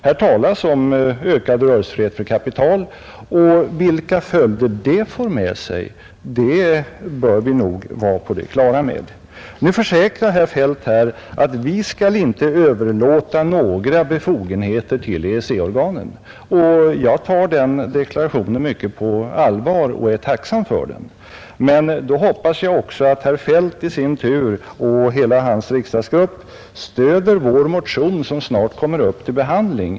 Här talas det om ökad rörelsefrihet för kapitalet, och vilka följder det för med sig bör vi nog vara på det klara med. Nu försäkrar herr Feldt att vi inte skall överlåta några befogenheter till EEC-organen, och jag tar den deklarationen på fullt allvar och är tacksam för den. Men då hoppas jag också att herr Feldt i sin tur och hela hans riksdagsgrupp stöder vår motion som snart kommer upp till behandling.